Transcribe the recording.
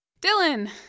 Dylan